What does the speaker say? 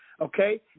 Okay